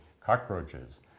cockroaches